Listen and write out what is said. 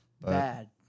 Bad